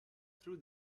through